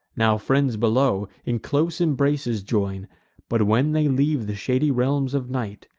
now, friends below, in close embraces join but, when they leave the shady realms of night,